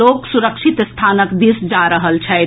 लोक सुरक्षित स्थानक दिस जा रहल छथि